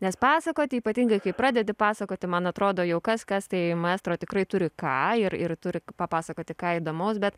nes pasakoti ypatingai kai pradedi pasakoti man atrodo jau kas kas tai maestro tikrai turi ką ir ir turi papasakoti ką įdomaus bet